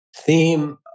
theme